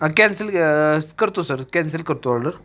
cancel करतो sir cancel करतो order